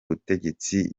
butegetsi